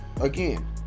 Again